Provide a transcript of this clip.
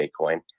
Bitcoin